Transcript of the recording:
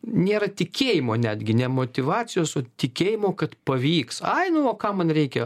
nėra tikėjimo netgi ne motyvacijos o tikėjimo kad pavyks ai nu o kam man reikia